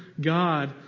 God